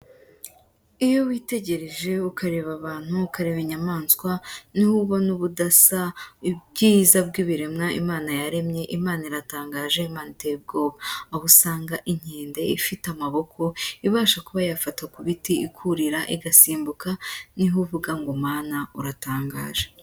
Iyo witegereje ukareba abantu ukareba inyamaswa ni ubona ubudasa , ubwiza bw'ibiremwa imana yaremye imana iratangaje imana iteye ubwoba agusanga inkende ifite amaboko ibasha kuba yafata ku biti ikurira igasimbuka niho uvuga ngo mana uratangaje.